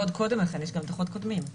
ועוד קודם לכן, יש גם דוחות קודמים.